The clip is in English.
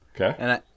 Okay